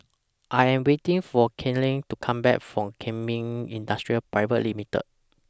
I Am waiting For Kalene to Come Back from Kemin Industries Private Limited